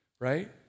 right